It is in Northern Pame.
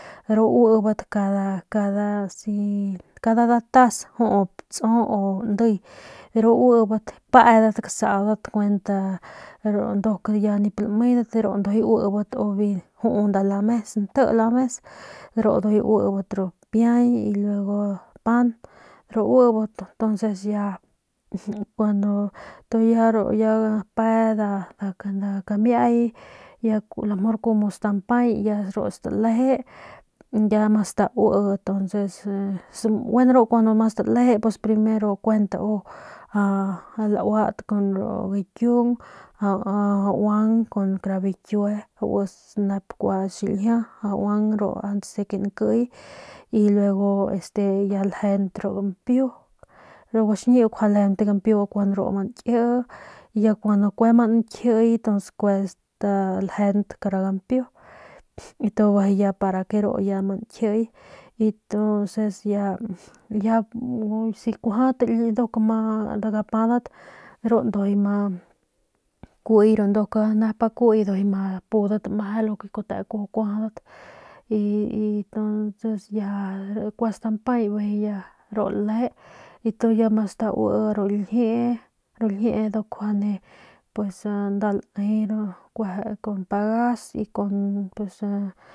U t cada asi cada da tas jup tsu o ndey ru auebat paedat ksaadat kuent ru nduc ya mu lmedat dujuy auebat do bi auebat da lames nte lames ru ndujuy aubat ru piay y luego pan ru auibat ntonces kuandu ru ya pe nda kamiay ya kumu stampay ya ru staleje ya ma staui ru gueno entonces ma staleje primero kuent u lauat kun ru guikiung auang auits kara bikiue nda xiljia auang antes de que nkjiy y luego ya este ya ljeunt ru gampiu guaxñiu nkjuande ljeunt gampiu kun ru ma nkii ya kun ma nkjiiy kue staljeunt gampiu para ke ru nkjiy y tunces ya si kuajadat nduk mas gapadat ru ndujuy y kui ru nep y pudat meje lo ke kute kuajau kuajadat y ya kua stampay bijiy ya ru laleje y tu ya mastaui ru ljiee ru ljiee ndu kjuande nda lae kun pagas y con.